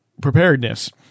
preparedness